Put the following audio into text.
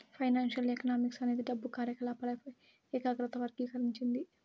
financial economics అనేది డబ్బు కార్యకాలపాలపై ఏకాగ్రత వర్గీకరించింది